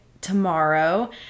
tomorrow